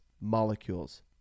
molecules